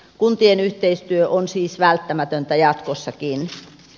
kuntien yhteistyö on siis välttämätöntä jatkossakin